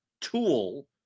tool